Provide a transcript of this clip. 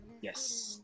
yes